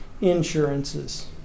insurances